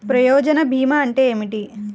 ప్రయోజన భీమా అంటే ఏమిటి?